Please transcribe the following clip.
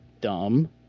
Dumb